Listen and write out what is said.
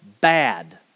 bad